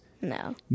No